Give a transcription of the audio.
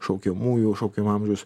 šaukiamųjų šaukiamo amžiaus